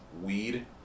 weed